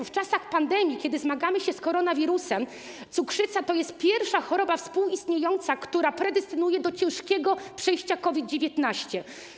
W czasach pandemii, kiedy zmagamy się z koronawirusem, cukrzyca to pierwsza choroba współistniejąca, która predysponuje do ciężkiego przejścia COVID-19.